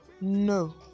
No